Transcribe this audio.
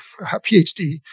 PhD